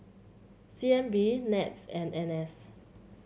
C N B NETS and N S